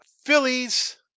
Phillies